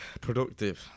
Productive